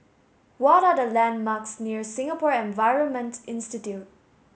what are the landmarks near Singapore Environment Institute